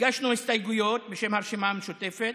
הגשנו הסתייגויות בשם הרשימה המשותפת.